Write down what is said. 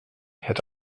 het